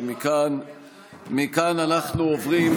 ומכאן אנחנו עוברים,